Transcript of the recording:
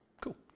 Cool